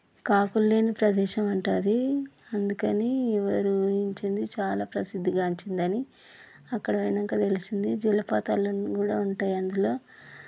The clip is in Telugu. కాకులులేని ప్రదేశమంట అది అందుకని ఎవరు ఊహించనిది చాలా ప్రసిద్ధి గాంచిందని అక్కడ పోయినాక తెలిసింది జలపాతాలు కూడా ఉంటాయి అందులో